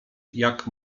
jak